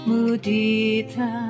Mudita